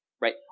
Right